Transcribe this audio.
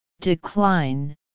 decline